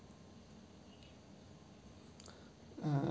uh